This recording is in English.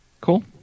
Cool